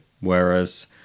whereas